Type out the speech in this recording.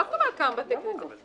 מה זאת אומרת כמה בתי כנסת?